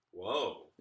Whoa